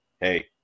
hey